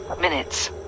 minutes